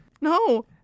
No